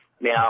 Now